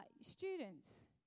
students